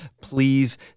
please